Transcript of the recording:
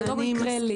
זה לא מתייחס אלי.